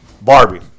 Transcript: Barbie